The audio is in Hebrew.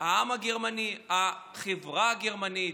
העם הגרמני, החברה הגרמנית,